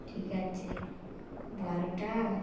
ঠিক আছে বারোটা